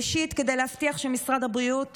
ראשית, כדי להבטיח שמשרד הבריאות